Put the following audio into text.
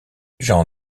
jean